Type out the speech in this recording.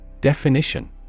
Definition